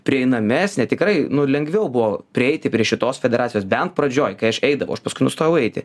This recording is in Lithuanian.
prieinamesnė tikrai nu lengviau buvo prieiti prie šitos federacijos bent pradžioj kai aš eidavau aš paskui nustojau eiti